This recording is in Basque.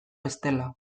bestela